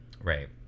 right